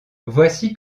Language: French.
voici